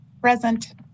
Present